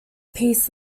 peace